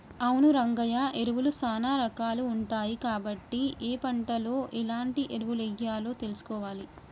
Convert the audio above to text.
అవును రంగయ్య ఎరువులు సానా రాకాలు ఉంటాయి కాబట్టి ఏ పంటలో ఎలాంటి ఎరువులెయ్యాలో తెలుసుకోవాలి